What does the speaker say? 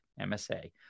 MSA